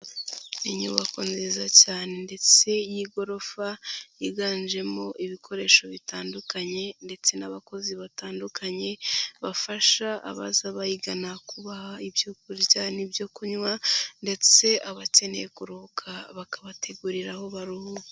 Inyubako nziza cyane ndetse y'igorofa yiganjemo ibikoresho bitandukanye ndetse n'abakozi batandukanye bafasha abaza bayigana kubaha ibyo kurya n'ibyo kunywa ndetse abakeneye kuruhuka bakabategurira aho baruhukira.